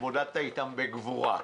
התמודדת איתם בגבורה,